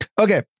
Okay